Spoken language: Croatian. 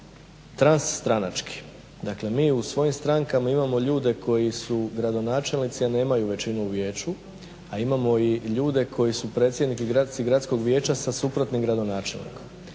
transstranački. Dakle mi u svojim strankama imamo ljude koji su gradonačelnici a nemaju većinu u vijeću, a imamo i ljude koji su predsjednici gradskog vijeća sa suprotnim gradonačelnikom.